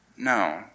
No